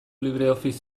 libreoffice